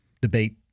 debate